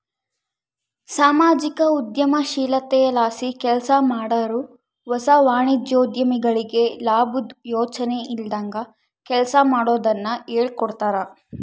ಸಾಮಾಜಿಕ ಉದ್ಯಮಶೀಲತೆಲಾಸಿ ಕೆಲ್ಸಮಾಡಾರು ಹೊಸ ವಾಣಿಜ್ಯೋದ್ಯಮಿಗಳಿಗೆ ಲಾಬುದ್ ಯೋಚನೆ ಇಲ್ದಂಗ ಕೆಲ್ಸ ಮಾಡೋದುನ್ನ ಹೇಳ್ಕೊಡ್ತಾರ